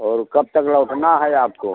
और कब तक लौटना है आपको